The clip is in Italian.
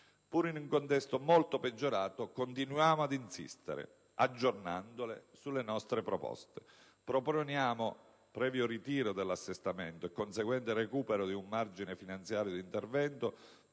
Pur in un contesto molto peggiorato, continuiamo ad insistere, aggiornandole, sulle nostre proposte. Proponiamo, previo ritiro dell'assestamento e conseguente recupero di un margine finanziario di intervento,